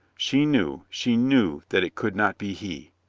she knew, she knew that it could not be he.